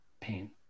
pain